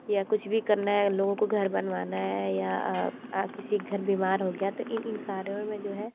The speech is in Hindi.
या कुछ भी करना है लोगों को घर बनवाना है या किसी घर बीमार हो गया तो इन इन कारणों मे जो है